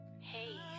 hey